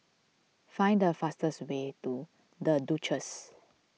find the fastest way to the Duchess